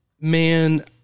man